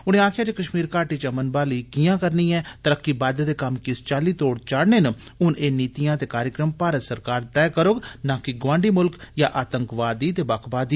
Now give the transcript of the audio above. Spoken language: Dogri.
उनें आक्खेआ जे कश्मीर घाटी च अमन बहाली कियां करनी ऐ तरकी बाद्दे दे कम्म किस चाल्ली तोड़ चाढने न हून एह नीतियां ते कार्यक्रम भारत सरकार तैय करौग ना कि गोआंड़ी मुल्ख या आतंकवादी ते बक्खवादी